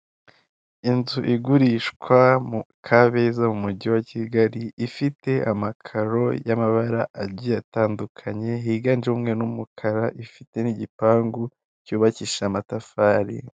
Inzu igurisha kabeza, mu mugi wa Kigali ifite amakaro y'amabara agiye atandukanye higanjemo umweru n'umukara, ifite n'igipangu cyubakishije amatafari.